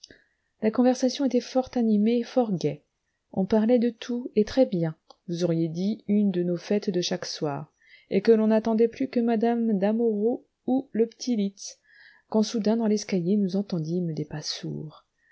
la conversation était fort animée et fort gaie on parlait de tout et très bien vous auriez dit une de nos fêtes de chaque soir et que l'on n'attendait plus que madame damoreau ou le petit litz quand soudain dans l'escalier nous entendîmes des pas sourds